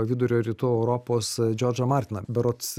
vidurio rytų europos džordžą martiną berods